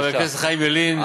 חבר הכנסת חיים ילין,